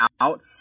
out